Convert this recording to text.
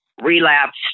relapsed